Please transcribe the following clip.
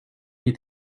are